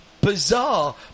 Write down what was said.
Bizarre